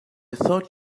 thought